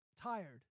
tired